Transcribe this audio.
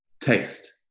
taste